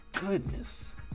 Goodness